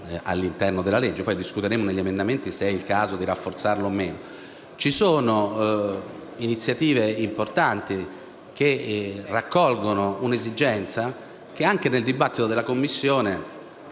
discuteremo, nel corso dell'esame degli emendamenti, se è il caso di rafforzarlo o meno. Ci sono iniziative importanti che raccolgono un'esigenza emersa anche nel dibattito della Commissione